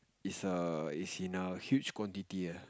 it's a it's in a huge quantity ah